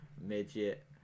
Midget